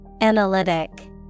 Analytic